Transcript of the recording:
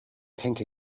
pink